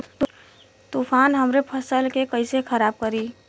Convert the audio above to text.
तूफान हमरे फसल के कइसे खराब करी?